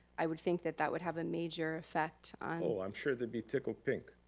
i would think that that would have a major effect on, oh, i'm sure they'd be tickled pink.